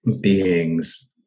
beings